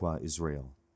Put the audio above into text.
Israel